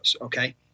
okay